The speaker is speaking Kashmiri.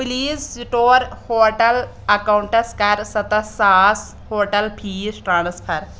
پلیز سٹور ہوٹل اکاونٹَس کر ستتھ ساس ہوٹَل فیس ٹرانسفر